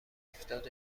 هفتاد